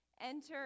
Enter